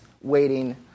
waiting